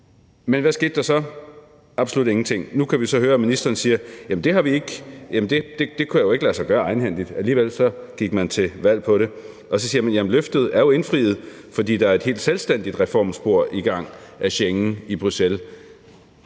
Men hvad skete der så? Absolut ingenting. Nu kan vi så høre ministeren sige, at det jo ikke kunne lade sig gøre at ændre det egenhændigt. Men alligevel gik man til valg på det. Og så siger man, at løftet er indfriet, for der er et helt selvstændigt reformspor i gang af Schengen i Bruxelles,